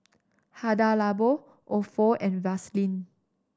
Hada Labo Ofo and Vaseline